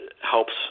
helps